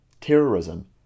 terrorism